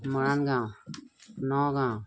মৰাণ গাঁও নগাঁও